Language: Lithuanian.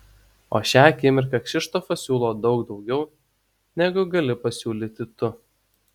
o šią akimirką kšištofas siūlo daug daugiau negu gali pasiūlyti tu